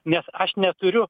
nes aš neturiu